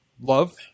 love